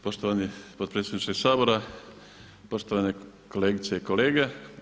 Poštovani potpredsjedniče Sabora, poštovane kolegice i kolege.